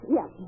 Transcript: Yes